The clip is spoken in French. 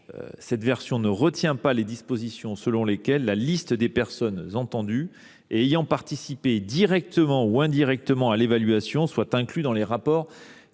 cette version les dispositions aux termes desquelles la liste des personnes entendues ou ayant participé directement ou indirectement à l’évaluation serait incluse dans les rapports